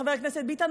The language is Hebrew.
חבר הכנסת ביטן,